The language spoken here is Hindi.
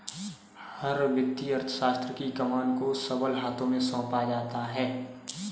हर वित्तीय अर्थशास्त्र की कमान को सबल हाथों में सौंपा जाता है